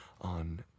on